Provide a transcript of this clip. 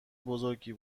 بزرگی